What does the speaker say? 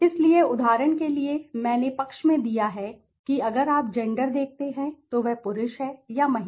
इसलिए उदाहरण के लिए मैंने पक्ष में दिया है कि अगर आप जेंडर देखते हैं तो वह पुरुष है या महिला